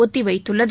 ஒத்திவைத்துள்ளது